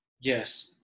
Yes